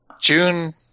June